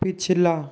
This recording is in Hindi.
पिछला